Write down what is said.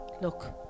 look